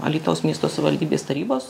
alytaus miesto savivaldybės tarybos